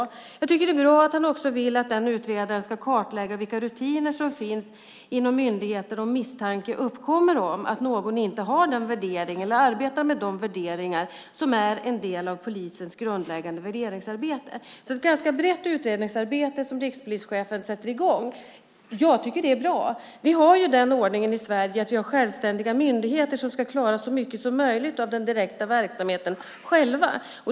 Jag tycker också att det är bra att rikspolischefen vill att utredaren ska kartlägga vilka rutiner som finns inom myndigheter om misstanke uppkommer om att någon inte har de värderingar, eller inte arbetar med de värderingar, som är en del av polisens grundläggande värderingsarbete. Det är alltså ett ganska brett utredningsarbete som rikspolischefen sätter i gång. Jag tycker att det är bra. I Sverige har vi ju ordningen att vi har självständiga myndigheter som själva ska klara så mycket som möjligt av den direkta verksamheten.